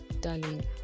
darling